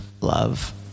love